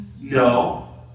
No